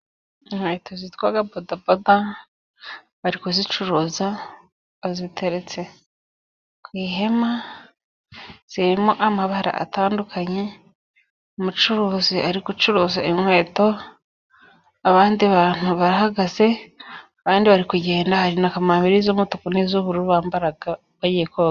Inkweto zitwa bodaboda bari kuzicuruza baziteretse ku ihema zirimo amabara atandukanye. Umucuruzi ari gucuruza inkweto abandi bantu barahagaze abandi bari kugenda hari na kamambiri z'umutuku n'iz'uburu bambara bagiye koga.